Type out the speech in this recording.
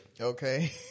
Okay